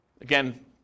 Again